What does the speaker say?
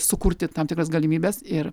sukurti tam tikras galimybes ir